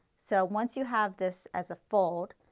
so once you have this as a fold,